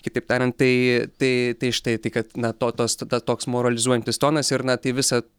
kitaip tariant tai tai tai štai tai kad na to tos ta toks moralizuojantis tonas ir na tai visad